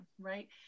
right